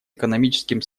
экономическим